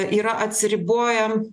yra atsiribojam